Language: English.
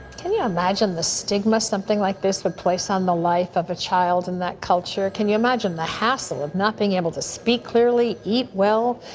can you imagine the stigma something like this would place on the life of a child in that culture? can you imagine the hassle of not being able to speak clearly, eat well?